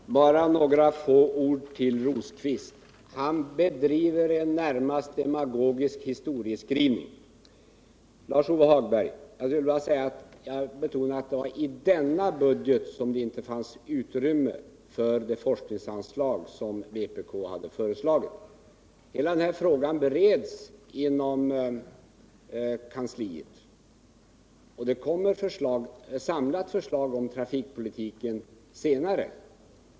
Herr talman! Till Birger Rosqvist bara några få ord. Birger Rosqvist bedriver en närmast demagogisk historieskrivning. Lars-Ove Hagberg! Jag vill betona att jag sade att det var i denna budget som det inte fanns utrymme för det forskningsanslag som vpk föreslagit. Hela frågan bereds inom regeringskansliet, och det kommer ett samlat förslag om trafikpolitiken senare.